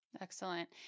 Excellent